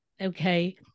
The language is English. okay